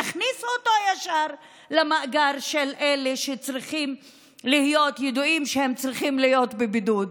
תכניסו אותו ישר למאגר של אלה שידוע שהם צריכים להיות בבידוד.